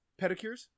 pedicures